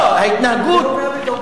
ההתנהגות.